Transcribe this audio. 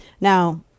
Now